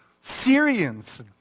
Syrians